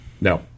No